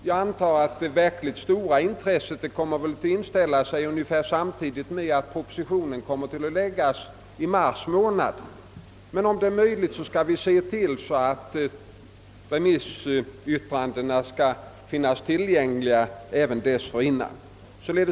Jag föreställer mig att det verkligt stora intresset kommer att inställa sig ungefär samtidigt med att propositionen kommer att framläggas i mars månad, men om det är möjligt skall vi se till att remissyttrandena skall finnas tillgängliga redan dessförinnan.